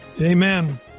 Amen